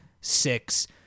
six